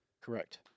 Correct